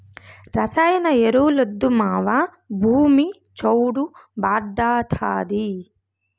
రసాయన ఎరువులొద్దు మావా, భూమి చౌడు భార్డాతాది